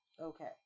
okay